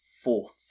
fourth